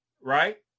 right